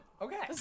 Okay